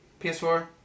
PS4